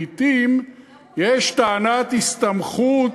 לעתים יש טענת הסתמכות,